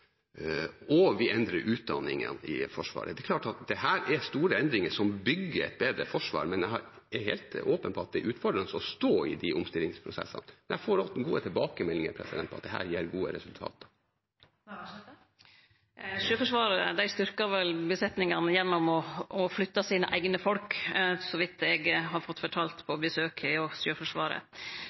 og vi endrer utdanningen i Forsvaret. Det er klart at dette er store endringer som bygger et bedre forsvar, men jeg er helt åpen om at det er utfordrende å stå i disse omstillingsprosessene. Jeg får ofte tilbakemeldinger om at dette gir gode resultater. Sjøforsvaret styrkte besetninga gjennom å flytte sine eigne folk, så vidt eg har fått fortalt på besøk hjå Sjøforsvaret.